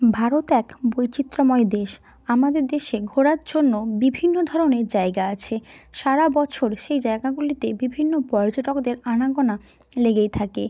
ভারত এক বৈচিত্র্যময় দেশ আমাদের দেশে ঘোরার জন্য বিভিন্ন ধরনের জায়গা আছে সারা বছর সেই জায়গাগুলিতে বিভিন্ন পর্যটকদের আনাগোনা লেগেই থাকে